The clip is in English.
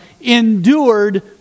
endured